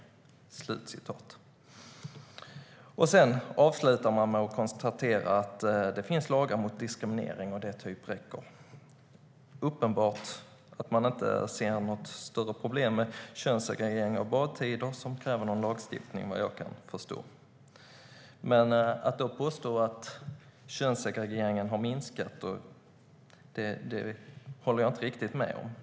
Åsa Regnér avslutar med att konstatera att det finns lagar mot diskriminering och att det räcker. Det är uppenbart att man inte ser något större problem med till exempel könssegregering av badtider. Vad jag kan förstå krävs enligt regeringen ingen lagstiftning. Åsa Regnér påstår att könssegregeringen har minskat. Jag håller inte riktigt med.